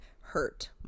hurt